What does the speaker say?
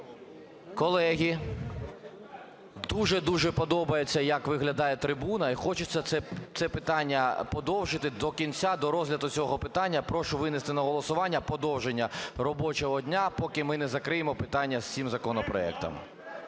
дуже-дуже подобається, як виглядає трибуна, і хочеться це питання подовжити до кінця до розгляду цього питання. Прошу винести на голосування подовження робочого дня, поки ми не закриємо питання з цим законопроектом.